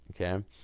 okay